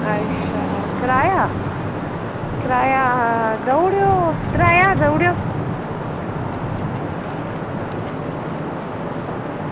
अच्छा कराया किराया देई ओड़ेओ त्रैऽ ज्हार रपेआ देई ओड़ेओ